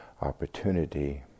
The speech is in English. opportunity